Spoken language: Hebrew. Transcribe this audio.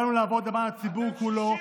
באנו לעבוד למען הציבור כולו.